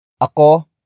Ako